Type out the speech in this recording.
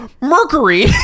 Mercury